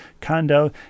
condo